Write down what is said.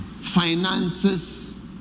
finances